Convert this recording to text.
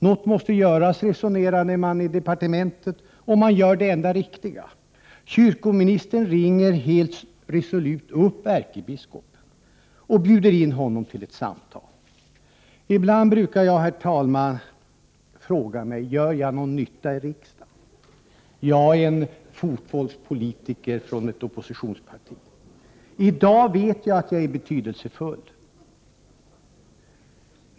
Något måste göras, resonerade man väl i departementet och man gjorde det enda riktiga: kyrkoministern ringde helt resolut ärkebiskopen och bjöd in honom till ett samtal. Herr talman! Ibland brukar jag fråga mig: Gör jag någon nytta i riksdagen —- jag, en fotfolkspolitiker från ett oppositionsparti? I dag vet jag att jag är betydelsefull.